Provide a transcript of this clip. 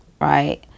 right